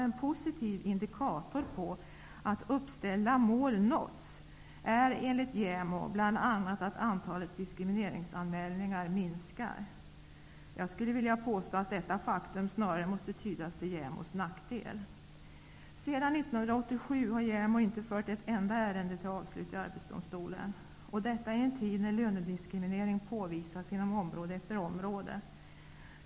En positiv indikator på att att uppställda mål har uppnåtts är, enligt JämO, bl.a. att antalet diskrimineringsanmälningar minskar. Jag skulle vilja påstå att detta faktum snarare måste tydas till JämO:s nackdel. Sedan 1987 har JämO inte fört ett enda ärende till avslut i arbetsdomstolen -- detta i en tid när lönediskriminering påvisas inom område efter område.